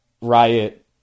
Riot